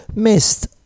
missed